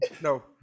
No